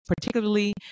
particularly